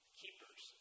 keepers